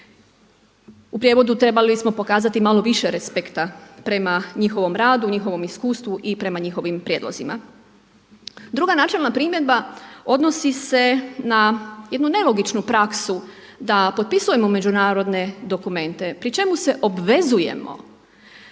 u prijevodu trebali smo pokazati malo više respekta prema njihovom radu, njihovom iskustvu i prema njihovim prijedlozima. Druga načelna primjedba odnosi se na jednu nelogičnu praksu da potpisujemo međunarodne dokumente pri čemu se obvezujemo